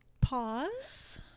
pause